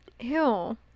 Ew